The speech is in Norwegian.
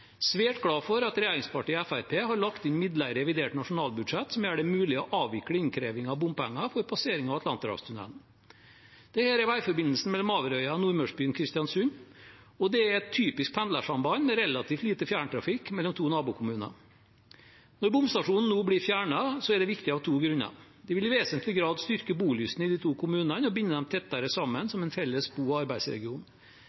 svært glad for at regjeringspartiene og Fremskrittspartiet har lagt inn midler i revidert nasjonalbudsjett som gjør det mulig å avvikle innkreving av bompenger for passering av Atlanterhavstunnelen. Dette er veiforbindelsen mellom Averøya og nordmørsbyen Kristiansund, og det er et typisk pendlersamband, med relativt lite fjerntrafikk, mellom to nabokommuner. Når bomstasjonen nå blir fjernet, er det viktig av to grunner. Det vil i vesentlig grad styrke bolysten i de to kommunene og binde dem tettere sammen